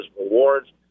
rewards